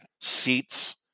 seats